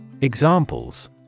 Examples